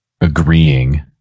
agreeing